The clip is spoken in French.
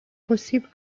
possible